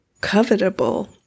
covetable